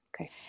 Okay